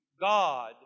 God